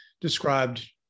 described